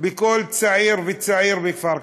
בכל צעיר וצעיר בכפר קאסם.